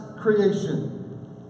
creation